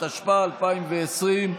התשפ"א 2020,